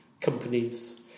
companies